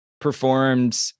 performed